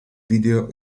video